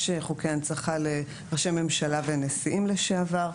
יש חוקי הנצחה לראשי ממשלה ונשיאים לשעבר.